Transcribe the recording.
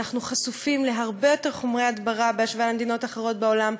אנחנו חשופים להרבה יותר חומרי הדברה בהשוואה למדינות אחרות בעולם.